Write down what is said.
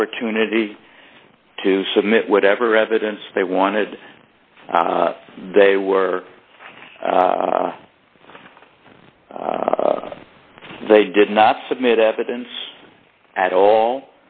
opportunity to submit whatever evidence they wanted they were they did not submit evidence at all